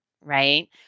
right